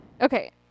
Okay